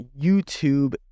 YouTube